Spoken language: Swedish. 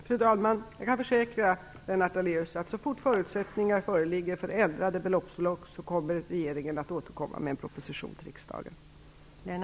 Fru talman! Jag kan försäkra Lennart Daléus att så snart förutsättningar för ändrade ansvarsbelopp föreligger kommer regeringen att återkomma med en proposition till riksdagen.